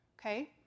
okay